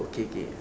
okay okay